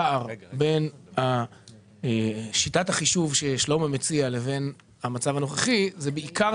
הפער בין שיטת החישוב ששלמה מציע לבין המצב הנוכחי זה בעיקר,